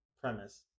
premise